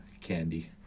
candy